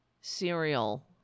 cereal